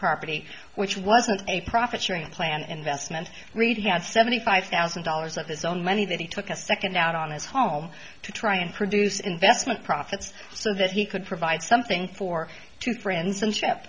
property which wasn't a profit sharing plan investment reed had seventy five thousand dollars of his own money that he took a second out on his home to try and produce investment profits so that he could provide something for two friends